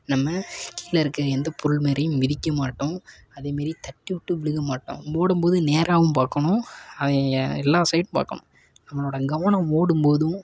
நம்ம கீழே இருக்கற எந்த பொருள் மேலையும் மிதிக்க மாட்டோம் அதேமாரி தட்டி விட்டு விழு மாட்டோம் ஓடும்போது நேராகவும் பார்க்கணும் ய எல்லா சைட் பார்க்கணும் நம்மளோடய கவனம் ஓடும்போதும்